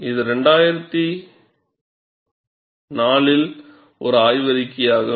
இது 2004 இல் ஒரு ஆய்வறிக்கையாகும்